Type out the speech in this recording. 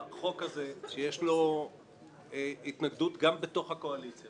החוק הזה, שיש לו התנגדות גם בתוך הקואליציה